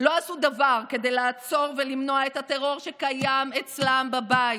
עשו דבר כדי לעצור למנוע את הטרור שקיים אצלם בבית.